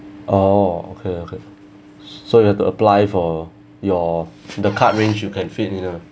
oh okay okay so you have to apply for your the card range you can fit isn't it